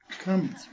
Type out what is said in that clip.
Come